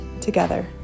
together